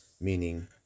meaning